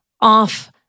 off